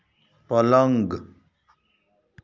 पलंग